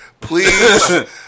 Please